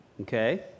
okay